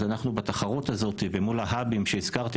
אז בתחרות הזאת ומול ההאבים שהזכרתי